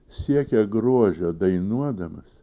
siekia grožio dainuodamas